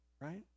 Right